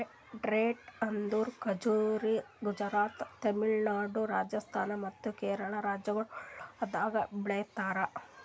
dates ಅಂದುರ್ ಖಜುರಿ ಗುಜರಾತ್, ತಮಿಳುನಾಡು, ರಾಜಸ್ಥಾನ್ ಮತ್ತ ಕೇರಳ ರಾಜ್ಯಗೊಳ್ದಾಗ್ ಬೆಳಿತಾರ್